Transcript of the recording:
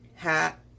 Hat